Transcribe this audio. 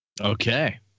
Okay